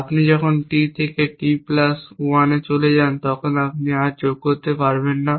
আপনি যখন T থেকে T প্লাস 1 এ চলে যান তখন আপনি আর যোগ করতে পারবেন না